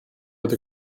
with